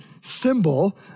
symbol